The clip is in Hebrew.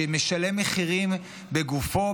שמשלם מחירים בגופו,